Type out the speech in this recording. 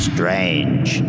Strange